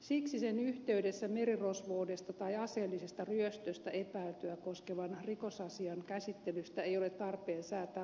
siksi sen yhteydessä merirosvoudesta tai aseellisesta ryöstöstä epäiltyä koskevan rikosasian käsittelystä ei ole tarpeen säätää lakiakaan